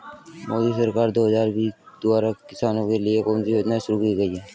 मोदी सरकार दो हज़ार बीस द्वारा किसानों के लिए कौन सी योजनाएं शुरू की गई हैं?